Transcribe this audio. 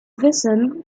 wissen